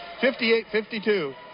58-52